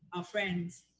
ah friends,